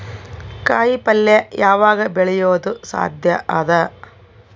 ಕಾಯಿಪಲ್ಯ ಯಾವಗ್ ಬೆಳಿಯೋದು ಸಾಧ್ಯ ಅದ?